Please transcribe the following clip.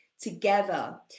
together